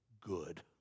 good